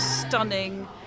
stunning